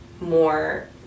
more